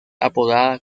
apodada